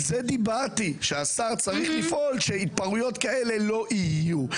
ועל זה דיברתי שהשר צריך לפעול שהתפרעויות כאלה לא יהיו.